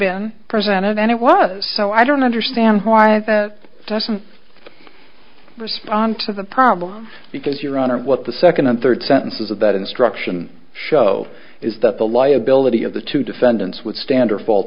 been presented and it was so i don't understand why the doesn't respond to the problem because your honor what the second and third sentences of that instruction show is that the liability of the two defendants would stand or fa